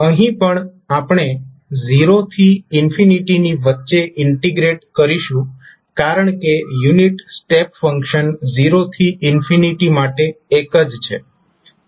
અહીં પણ આપણે 0 થી ની વચ્ચે ઇન્ટિગ્રેટ કરીશું કારણ કે યુનિટ સ્ટેપ ફંક્શન 0 થી માટે 1 જ છે